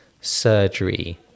surgery